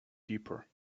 deeper